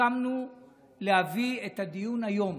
הסכמנו להביא את הדיון היום